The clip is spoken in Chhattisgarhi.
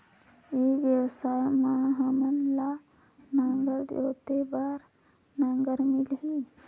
ई व्यवसाय मां हामन ला नागर जोते बार नागर मिलही?